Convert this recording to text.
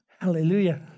Hallelujah